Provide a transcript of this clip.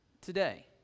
today